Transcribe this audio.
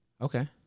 Okay